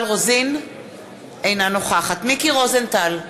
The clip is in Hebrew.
אינה נוכחת מיקי רוזנטל,